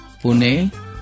Pune